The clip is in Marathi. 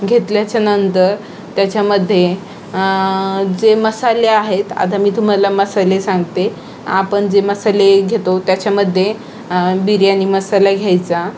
घेतल्याच्या नंतर त्याच्यामध्ये जे मसाले आहेत आता मी तुम्हाला मसाले सांगते आपण जे मसाले घेतो त्याच्यामध्ये बिर्याणी मसाला घ्यायचा